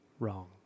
wrong